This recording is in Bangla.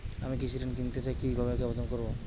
আমি কৃষি ঋণ নিতে চাই কি ভাবে আবেদন করব?